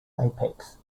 apex